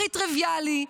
הכי טריוויאלי,